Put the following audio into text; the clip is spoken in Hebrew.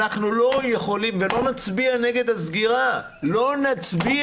אנחנו לא יכולים ולא נצביע נגד הסגירה --- לא,